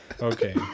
okay